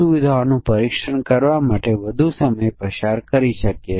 આપણે નકારાત્મક પરીક્ષણના કેસો પર પણ વિચાર કરવો જોઇએ